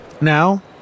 Now